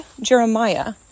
Jeremiah